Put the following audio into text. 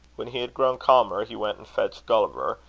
when he had grown calmer, he went and fetched gulliver,